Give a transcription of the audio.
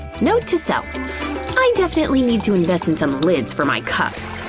note to self i definitely need to invest in some lids for my cups.